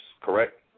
correct